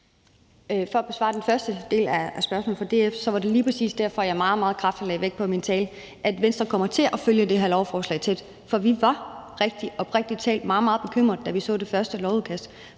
For at besvare den første del af spørgsmålet fra DF var det lige præcis derfor, jeg meget, meget kraftigt lagde vægt på i min tale, at Venstre kommer til at følge det her lovforslag tæt. For vi var oprigtig talt meget, meget bekymrede, da vi så det første lovudkast,